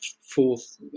fourth